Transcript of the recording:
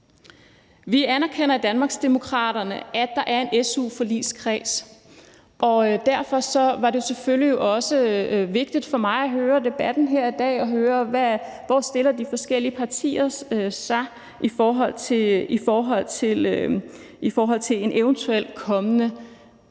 Vi anerkender i Danmarksdemokraterne, at der er en su-forligskreds, og derfor var det selvfølgelig også vigtigt for mig at høre debatten her i dag og høre, hvordan de forskellige partier stiller sig i forhold til en eventuelt kommende debat,